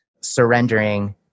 surrendering